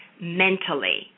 mentally